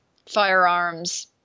Firearms